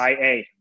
IA